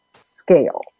scales